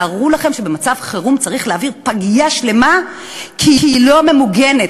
תארו לכם שבמצב חירום צריך להעביר פגייה שלמה כי היא לא ממוגנת.